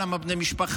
למה בני משפחה?